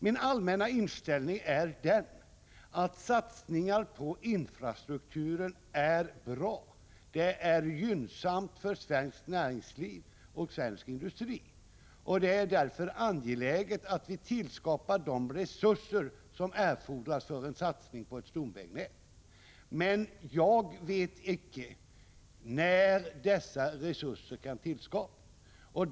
Min allmänna inställning är att satsningar på infrastrukturer är bra — det är gynnsamt för svenskt näringsliv och svensk industri. Det är därför angeläget att vi tillskapar de resurser som erfordras för en satsning på ett stomvägnät, men jag vet icke när dessa resurser kan tillskapas.